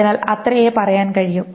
അതിനാൽ അത്രയേ പറയാൻ കഴിയൂ